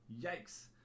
Yikes